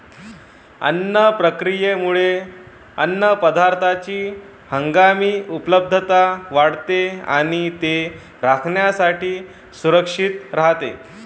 अन्न प्रक्रियेमुळे अन्नपदार्थांची हंगामी उपलब्धता वाढते आणि ते खाण्यासाठी सुरक्षित राहते